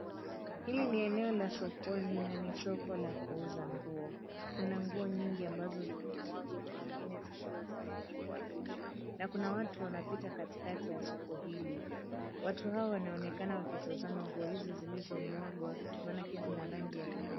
Hili ni eneo la sokoni na ni soko la kuuza nguo. Kuna nguo nyingi ambazo zimemwagwa na zingine zikiwa zimeanikwa juu na kuna watu wanapita katikati ya soko hili. Watu hawa wanaonekana wakitazama nguo hizo zilizomwagwa maanake zina rangi ya kupe.